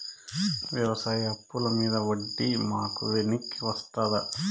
వ్యవసాయ అప్పుల మీద వడ్డీ మాకు వెనక్కి వస్తదా?